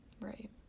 Right